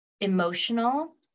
emotional